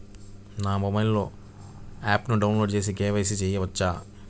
నా మొబైల్లో ఆప్ను డౌన్లోడ్ చేసి కే.వై.సి చేయచ్చా?